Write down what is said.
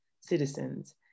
citizens